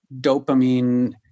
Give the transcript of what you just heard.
dopamine